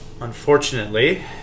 Unfortunately